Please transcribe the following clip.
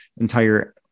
entire